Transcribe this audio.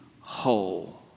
whole